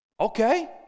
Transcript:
Okay